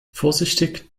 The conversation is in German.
vorsichtig